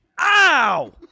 Ow